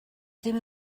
ddim